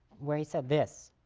where he said this